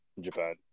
Japan